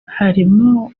harimo